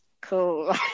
cool